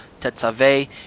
tetzaveh